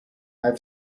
have